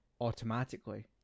automatically